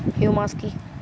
Humus কি?